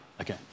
Okay